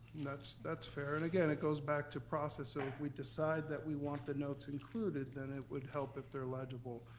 that's that's fair, and again, it goes back to process of we decide that we want the notes included, then it would help if they're legible.